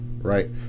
right